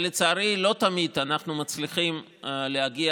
לצערי לא תמיד אנחנו מצליחים להגיע